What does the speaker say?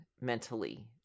mentally